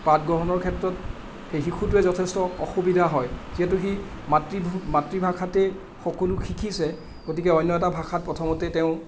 পাঠগ্ৰহণৰ ক্ষেত্ৰত সেই শিশুটোৱে যথেষ্ট অসুবিধা হয় যিহেতু সি মাতৃভ মাতৃভাষাতে সকলো শিকিছে গতিকে অন্য এটা ভাষাত প্ৰথমতে তেওঁ